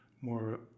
more